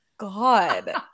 god